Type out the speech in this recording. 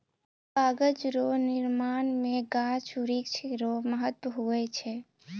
कागज रो निर्माण मे गाछ वृक्ष रो महत्ब हुवै छै